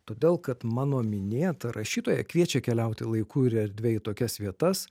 todėl kad mano minėta rašytoja kviečia keliauti laiku ir erdve į tokias vietas